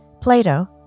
Plato